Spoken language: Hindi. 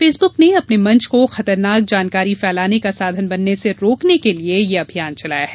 फेसबुक ने अपने मंच को खतरनाक जानकारी फैलाने का साधन बनने से रोकने के लिए ये अभियान चलाया है